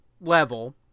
level